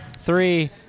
Three